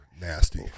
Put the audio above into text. nasty